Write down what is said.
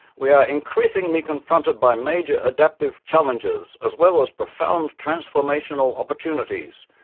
we are increasingly confronted by major adaptive challenges as well as profound transformational opportunities.